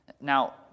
Now